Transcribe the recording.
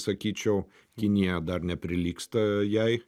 sakyčiau kinija dar neprilygsta jai